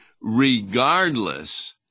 regardless